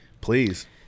please